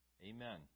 Amen